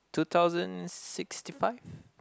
two thousand sixty fix